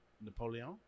Napoleon